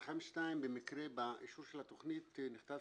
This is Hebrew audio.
מתחם 2, במקרה באישור של התוכנית נכתב